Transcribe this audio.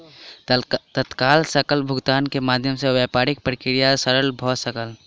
तत्काल सकल भुगतान के माध्यम सॅ व्यापारिक प्रक्रिया सरल भ सकल